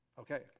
Okay